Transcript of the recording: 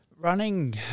Running